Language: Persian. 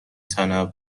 تنوع